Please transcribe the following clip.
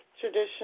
tradition